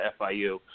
FIU